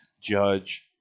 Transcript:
Judge